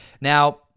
Now